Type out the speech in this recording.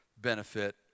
benefit